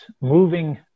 moving